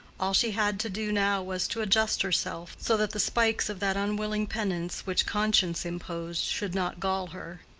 all she had to do now was to adjust herself, so that the spikes of that unwilling penance which conscience imposed should not gall her.